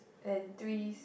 and three